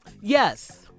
Yes